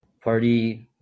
party